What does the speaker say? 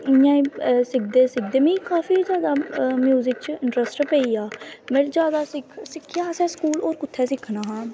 इयां ई सिखदे सिखदे मिगी काफी जादा म्यूजिक च इंट्रस्ट पेईया में जादा असैं सिक्खेआ स्कूल होर कुत्थैं सिक्खना हा